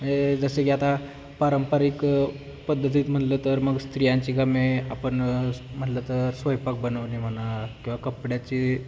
म्हणजे जसं की आता पारंपरिक पद्धतीत म्हणलं तर मग स्त्रियांची कामे आपण म्हणलं तर स्वयंपाक बनवणे म्हणा किंवा कपड्याची